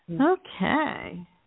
Okay